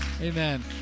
Amen